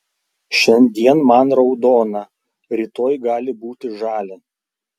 šiandien man raudona rytoj gali būti žalia